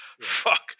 Fuck